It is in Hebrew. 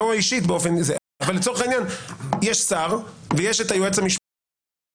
לא אישית שלצורך העניין יש שר ויש את היועץ המשפטי.